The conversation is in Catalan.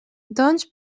doncs